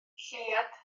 lleuad